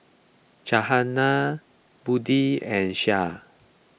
Budi and Syah